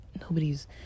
nobody's